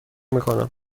میکنم